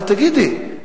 אבל תגידי,